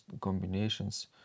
combinations